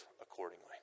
accordingly